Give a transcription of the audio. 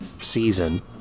season